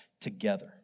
together